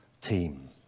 team